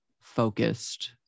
focused